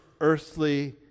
earthly